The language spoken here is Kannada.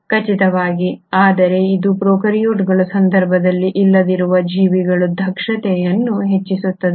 ಖಚಿತವಾಗಿ ಆದರೆ ಇದು ಪ್ರೊಕಾರ್ಯೋಟ್ಗಳ ಸಂದರ್ಭದಲ್ಲಿ ಇಲ್ಲದಿರುವ ಜೀವಿಗಳ ದಕ್ಷತೆಯನ್ನು ಹೆಚ್ಚಿಸುತ್ತದೆ